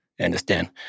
understand